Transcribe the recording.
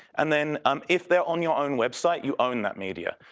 and then um if they're on your own website, you own that media.